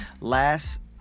Last